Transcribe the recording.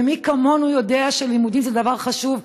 ומי כמונו יודע שלימודים זה דבר חשוב,